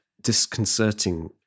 disconcerting